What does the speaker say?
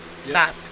Stop